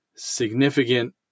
significant